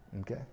Okay